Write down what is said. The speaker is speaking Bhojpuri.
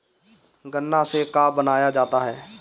गान्ना से का बनाया जाता है?